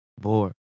bored